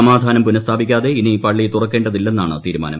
സമാധാനം പുനസ്ഥാപിക്കാതെ ഇനി പള്ളി തുറക്കേണ്ടതില്ലെന്നാണ് തീരുമാനം